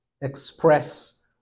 express